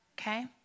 Okay